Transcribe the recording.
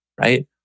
right